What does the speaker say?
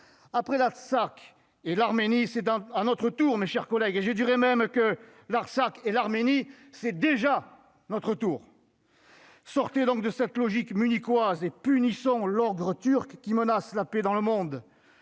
Après l'Artsakh, après l'Arménie, c'est notre tour, mes chers collègues ! Et, irai-je même jusqu'à dire, avec l'Artsakh et l'Arménie, c'est déjà notre tour ! Sortez donc de cette logique munichoise, et punissons l'ogre turc qui menace la paix dans le monde.